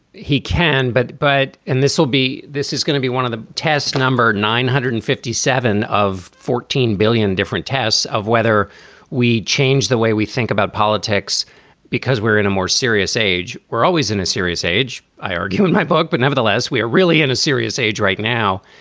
he can. but but and this will be this is going to be one of the tests, no. nine hundred and fifty seven of fourteen billion different tests of whether we change the way we think about politics because we're in a more serious age. we're always in a serious age, i argue in my book. but nevertheless, we are really in a serious age right now,